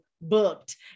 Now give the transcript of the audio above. booked